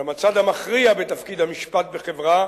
אולם הצד המכריע בתפקיד המשפטי בחברה